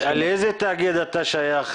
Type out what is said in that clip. לאיזה תאגיד אתה שייך,